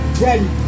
ready